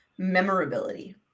memorability